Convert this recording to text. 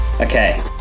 Okay